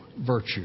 virtue